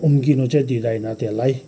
उम्किनु चाहिँ दिँदैन त्यसलाई